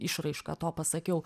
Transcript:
išraišką to pasakiau